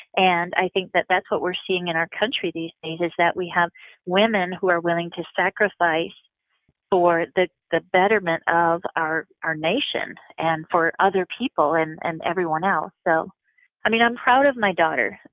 and i think that that's what we're seeing in our country these days, is that we have women who are willing to sacrifice for the the betterment of our our nation and for other people and and everyone else. so i mean, i'm proud of my daughter.